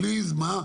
בבקשה מה?